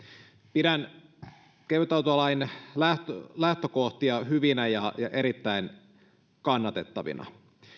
pidän kevytautolain lähtökohtia lähtökohtia hyvinä ja erittäin kannatettavina